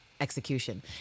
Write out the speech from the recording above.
execution